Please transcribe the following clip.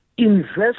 invest